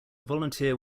volunteer